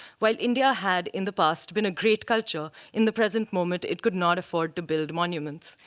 while india had, in the past, been a create culture, in the present moment it could not afford to build monuments.